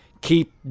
Keep